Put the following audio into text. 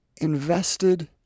invested